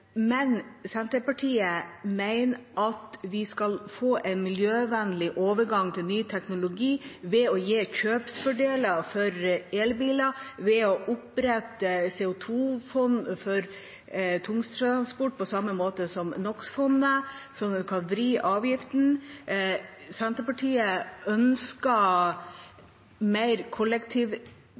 men Senterpartiet mener at vi skal ha en miljøvennlig overgang til ny teknologi ved å gi kjøpsfordeler for elbiler og ved å opprette CO 2 -fond for tungtransport, på samme måte som NO x -fondet, så en kan vri avgiften. Senterpartiet ønsker mer